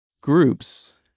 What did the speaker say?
groups